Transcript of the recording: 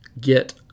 get